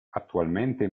attualmente